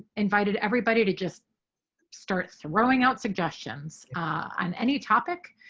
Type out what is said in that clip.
invited everybody to just start throwing out suggestions on any topic.